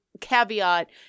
caveat